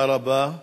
תודה רבה.